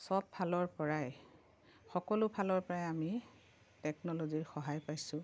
চব ফালৰ পৰাই সকলো ফালৰ পৰাই আমি টেকন'লজিৰ সহায় পাইছোঁ